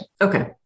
Okay